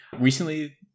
Recently